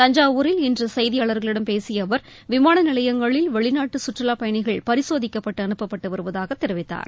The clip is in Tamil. தஞ்சாவூரில் இன்று செய்தியாளர்களிடம் பேசிய அவர் விமான நிலைங்களில் வெளிநாட்டு கற்றுலா பயணிகள் பரிசோதிக்கப்பட்டு அனுப்பப்பட்டு வருவதாக தெரிவித்தார்